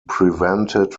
prevented